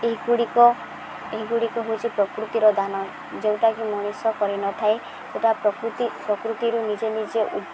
ଏହିଗୁଡ଼ିକ ଏହିଗୁଡ଼ିକ ହେଉଛି ପ୍ରକୃତିର ଦାନ ଯେଉଁଟାକି ମଣିଷ କରିନଥାଏ ସେଇଟା ପ୍ରକୃତି ପ୍ରକୃତିରୁ ନିଜେ ନିଜେ